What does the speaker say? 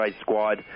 Squad